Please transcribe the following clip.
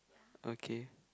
okay